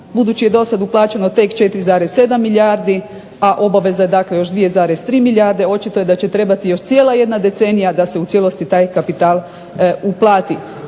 budući je dosad uplaćeno tek 4,7 milijardi, a obaveza je dakle još 2,3 milijarde. Očito je da će trebati još cijela jedna decenija da se u cijelosti taj kapital uplati.